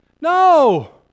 No